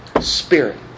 spirit